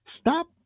Stop